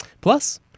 Plus